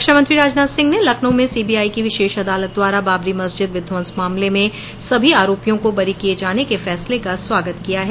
रक्षामंत्री राजनाथ सिंह ने लखनऊ में सीबीआई की विशेष अदालत द्वारा बाबरी मस्जिद विध्वंस मामले में सभी आरोपियों को बरी किए जाने के फैसले का स्वागत किया है